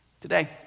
today